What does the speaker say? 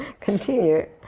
continue